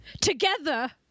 Together